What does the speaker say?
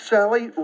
Sally